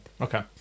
Okay